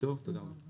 תודה רבה.